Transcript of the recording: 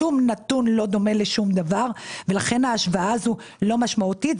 שום נתון לא דומה לשום דבר ולכן ההשוואה הזו לא משמעותית.